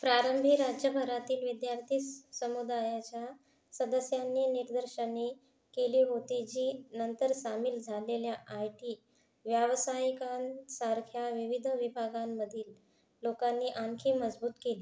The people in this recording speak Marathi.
प्रारंभी राज्यभरातील विद्यार्थी स् समुदायाच्या सदस्यांनी निदर्शने केली होती जी नंतर सामील झालेल्या आय टी व्यावसायिकांसारख्या विविध विभागांमधील लोकांनी आणखी मजबूत केली